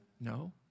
No